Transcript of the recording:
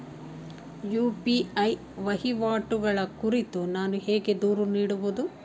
UPI ವಹಿವಾಟುಗಳ ಕುರಿತು ನಾನು ಹೇಗೆ ದೂರು ನೀಡುವುದು?